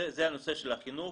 זה הנושא של החינוך.